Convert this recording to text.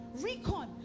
Recon